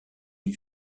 ils